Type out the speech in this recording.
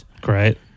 great